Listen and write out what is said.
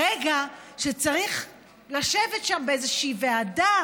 ברגע שצריך לשבת שם באיזו ועדה